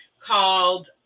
called